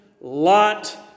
lot